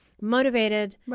motivated